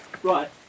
Right